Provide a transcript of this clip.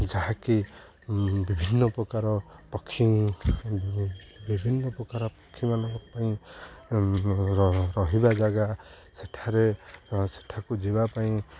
ଯାହାକି ବିଭିନ୍ନ ପ୍ରକାର ପକ୍ଷୀ ବିଭିନ୍ନ ପ୍ରକାର ପକ୍ଷୀମାନଙ୍କ ପାଇଁ ରହିବା ଜାଗା ସେଠାରେ ସେଠାକୁ ଯିବା ପାଇଁ